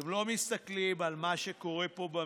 אתם לא מסתכלים על מה שקורה פה במשק.